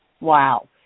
Wow